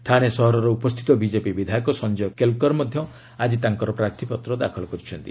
ଥାଣେ ସହରର ଉପସ୍ଥିତ ବିଜେପି ବିଧାୟକ ସଞ୍ଜୟ କେଲକର ମଧ୍ୟ ଆଜି ତାଙ୍କର ପ୍ରାର୍ଥୀପତ୍ର ଦାଖଲ କରିଛନ୍ତି